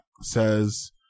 says